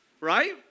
right